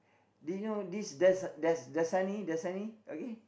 did you know this Das~ Das~ Dasani Dasani okay